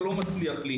אבל זה לא מצליח לי.